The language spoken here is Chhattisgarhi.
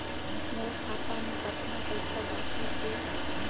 मोर खाता मे कतना पइसा बाचिस हे?